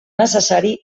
necessari